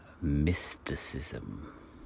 mysticism